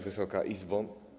Wysoka Izbo!